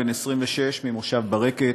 בן 26 ממושב ברקת,